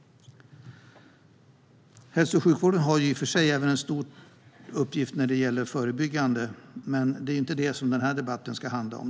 Hälso och sjukvården har i och för sig även en stor uppgift när det gäller det förebyggande, men det är inte det dagens debatt handlar om.